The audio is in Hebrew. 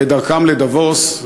בדרכם לדבוס,